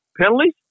penalties